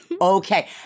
Okay